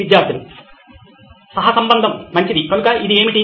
విద్యార్థులు సహసంబంధం మంచిది కనుక ఇది ఏమిటి